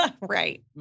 Right